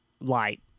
light